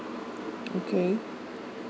okay